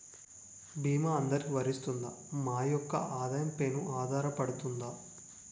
భీమా అందరికీ వరిస్తుందా? మా యెక్క ఆదాయం పెన ఆధారపడుతుందా?